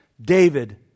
David